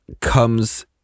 comes